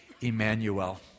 Emmanuel